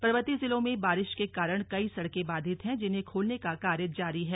पर्वतीय जिलों में बारिश के कारण कई सड़कें बाधित है जिन्हें खोलने का कार्य जारी है